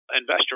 investor